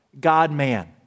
God-man